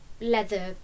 leather